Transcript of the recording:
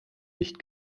nicht